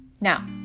Now